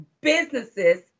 businesses